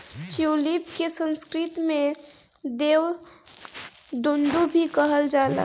tulip के संस्कृत में देव दुन्दुभी कहल जाला